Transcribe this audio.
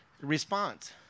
response